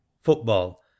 Football